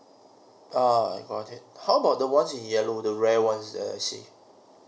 uh I got it how about the ones in yellow the rare one that I see